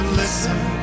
listen